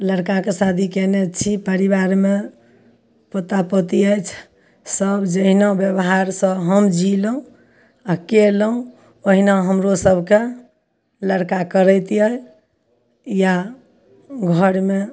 लड़काके शादी कयने छी परिवारमे पोता पोती अछि सब जहिना व्यवहार सऽ हम जीलहुॅं आ केलहुॅं ओहिना हमरो सबके लड़का करैत अछि या घरमे